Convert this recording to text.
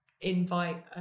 invite